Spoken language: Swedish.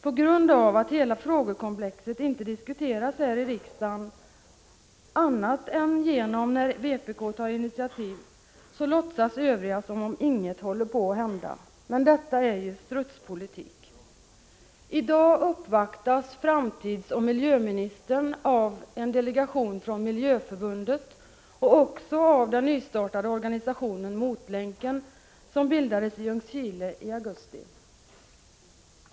Eftersom hela frågekomplexet inte diskuteras här i riksdagen utom då vpk tar initiativ, låtsas övriga partier som om ingenting håller på att hända. Detta är strutspolitik. I dag uppvaktas framtidsoch miljöministern av en delegation från Miljöförbundet och av företrädare för den nystartade organisationen Motlänken, som bildades i Ljungskile i augusti.